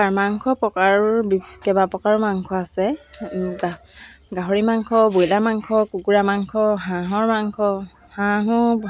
মই প্ৰথমতে গোঠা আৰু চিলাই কৰা এইবিলাক কামৰ প্ৰতি আগ্ৰহী হ'লো আচলতে আমাৰ মায়ে প্ৰথমতে